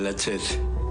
כזה.